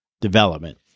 development